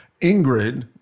Ingrid